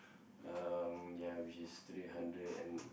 um ya which is three hundred and